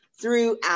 throughout